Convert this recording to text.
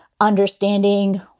Understanding